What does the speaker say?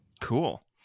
Cool